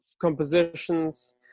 compositions